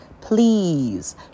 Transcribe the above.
please